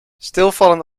stilvallen